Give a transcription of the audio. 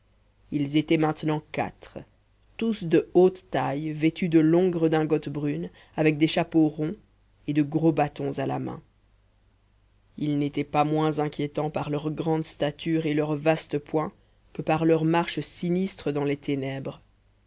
ils étaient maintenant quatre tous de haute taille vêtus de longues redingotes brunes avec des chapeaux ronds et de gros bâtons à la main ils n'étaient pas moins inquiétants par leur grande stature et leurs vastes poings que par leur marche sinistre dans les ténèbres